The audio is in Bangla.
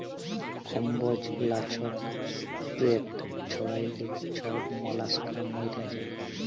কম্বজ লাছক যেট ছড়াইলে ছব মলাস্কা মইরে যায়